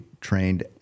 trained